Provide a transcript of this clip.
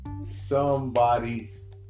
Somebody's